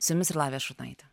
su jumis yra lavija šurnaitė